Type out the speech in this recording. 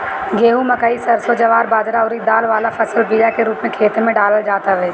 गेंहू, मकई, सरसों, ज्वार बजरा अउरी दाल वाला फसल बिया के रूप में खेते में डालल जात हवे